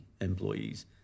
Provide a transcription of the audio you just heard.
employees